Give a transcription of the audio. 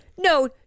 No